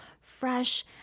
fresh